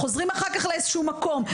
חוזרים אחר לאיזשהו מקום,